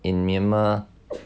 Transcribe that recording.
in myanmar